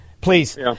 Please